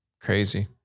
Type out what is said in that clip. Crazy